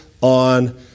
on